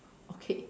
okay